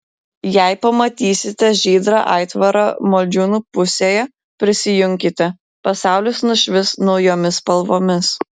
jei pamatysite žydrą aitvarą modžiūnų pusėje prisijunkite pasaulis nušvis naujomis spalvomis